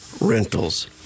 rentals